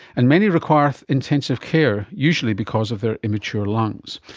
and many require intensive care, usually because of their immature lungs.